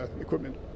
equipment